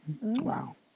Wow